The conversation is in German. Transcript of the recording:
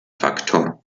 faktor